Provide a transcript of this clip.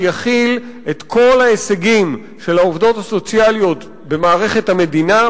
שיחיל את כל ההישגים של העובדות הסוציאליות במערכת המדינה,